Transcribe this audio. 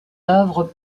œuvres